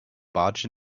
budge